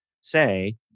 say